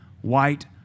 White